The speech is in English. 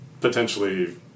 potentially